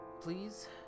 please